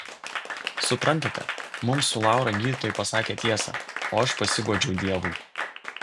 suprantate mums su laura gydytojai pasakė tiesą o aš pasiguodžiau deivui